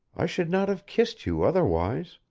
i should not have kissed you otherwise.